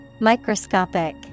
Microscopic